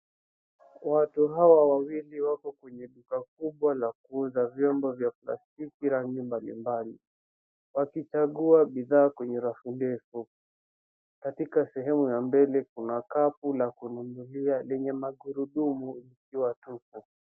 Watu hawa wawili wako kwenye duka kubwa la kuuza vyombo za plastiki rangi mbalimbali wakichagua bidhaa kwenye rafu ndefu. Katika sehemu ya mbele kuna kapu la kununulia lenye magurudumu likiwa tupu.